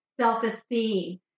self-esteem